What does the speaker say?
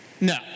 No